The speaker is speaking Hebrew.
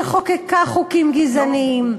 שחוקקה חוקים גזעניים,